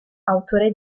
autore